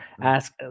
ask